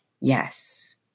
yes